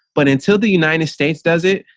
but until the united states does it,